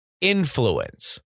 Influence